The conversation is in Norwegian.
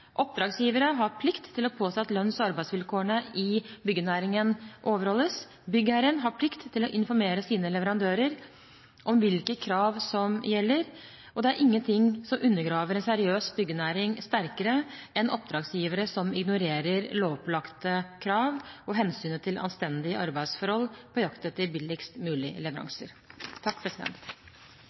Oppdragsgivere har plikt til å påse at lønns- og arbeidsvilkårene i byggenæringen overholdes. Byggherren har plikt til å informere sine leverandører om hvilke krav som gjelder. Det er ingenting som undergraver en seriøs byggenæring sterkere enn oppdragsgivere som ignorer lovpålagte krav og hensynet til anstendige arbeidsforhold i sin jakt etter billigst mulig leveranser.